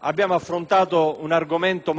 abbiamo affrontato un argomento molto delicato